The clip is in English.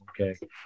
okay